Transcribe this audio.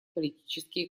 политические